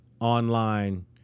online